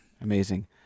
amazing